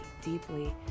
deeply